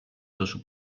τόσο